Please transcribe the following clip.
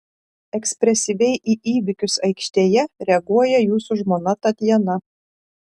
ekspresyviai į įvykius aikštėje reaguoja jūsų žmona tatjana